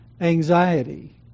anxiety